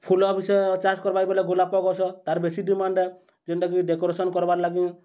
ଫୁଲ ବିଷୟ ଚାଷ୍ କର୍ବାର୍କେ ବେଲେ ଗୋଲାପ ଗଛ ତା'ର୍ ବେଶୀ ଡିମାଣ୍ଡ୍ ଆଏ ଯେନ୍ଟାକି ଡେକୋରେସନ୍ କର୍ବାର୍ ଲାଗି